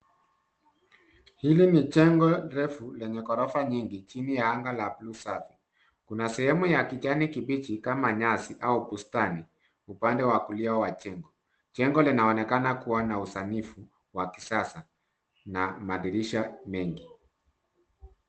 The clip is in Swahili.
Hili ni jengo refu lenye ghorofa nyingi chini ya naga ya blue safi. Kuna sehemu ya kijani kibichi kama nyasi au bustani upande wa kulia wa jengo. Jengo linaonekana kuwa na usanifu wa kisasa na madirisha mengi.